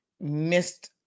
missed